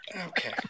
Okay